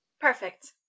Perfect